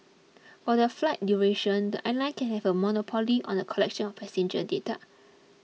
for the flight duration the airline can have a monopoly on the collection of passenger data